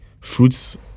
fruits